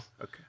Okay